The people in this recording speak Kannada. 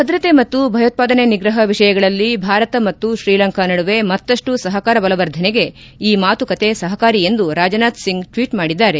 ಭದ್ರತೆ ಮತ್ತು ಭಯೋತ್ಲಾದನೆ ನಿಗ್ರಹ ವಿಷಯಗಳಲ್ಲಿ ಭಾರತ ಮತ್ತು ಶ್ರೀಲಂಕಾ ನಡುವೆ ಮತ್ತಷ್ಟು ಸಹಕಾರ ಬಲವರ್ಧನೆಗೆ ಈ ಮಾತುಕತೆ ಸಹಕಾರಿ ಎಂದು ರಾಜನಾಥಸಿಂಗ್ ಟ್ವೀಟ್ ಮಾಡಿದ್ದಾರೆ